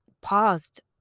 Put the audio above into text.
paused